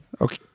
Okay